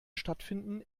stattfinden